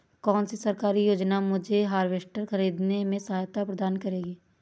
कौन सी सरकारी योजना मुझे हार्वेस्टर ख़रीदने में सहायता प्रदान करेगी?